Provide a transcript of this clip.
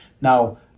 Now